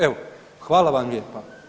Evo, hvala vam lijepa.